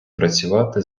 працювати